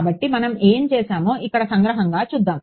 కాబట్టి మనం ఏమి చేసామో ఇక్కడ సంగ్రహంగా చూద్దాం